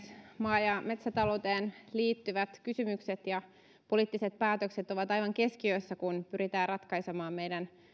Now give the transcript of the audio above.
maa ja metsätalouteen liittyvät kysymykset ja poliittiset päätökset ovat aivan keskiössä kun pyritään ratkaisemaan meidän